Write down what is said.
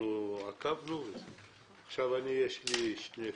יש לי שני פתרונות,